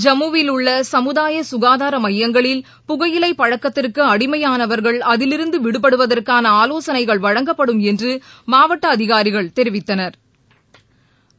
ஜம்மு வில் உள்ள சமுதாய சுகாதார மையங்களில் புகையிலைப் பழக்கத்திற்கு அடிமையானவா்கள் அதிலிருந்து விடுபடுவதற்கான ஆலோசனைகள் வழங்கப்படும் என்று மாவட்ட அதிகாரிகள் தெரிவித்தனா்